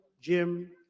Jim